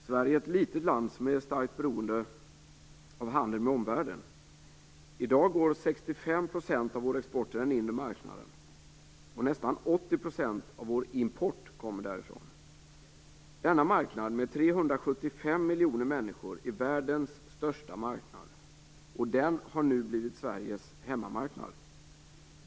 Fru talman! Sverige är ett litet land som är starkt beroende av handeln med omvärlden. I dag går 65 % av vår export till den inre marknaden, och nästan 80 % av vår import kommer därifrån. Denna marknad med 375 miljoner människor är världens största marknad, och den har nu blivit Sveriges hemmamarknad.